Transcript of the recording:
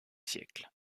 siècle